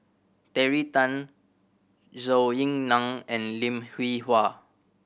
Terry Tan Zhou Ying Nan and Lim Hwee Hua